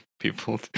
people